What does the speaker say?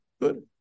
good